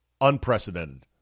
unprecedented